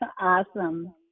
Awesome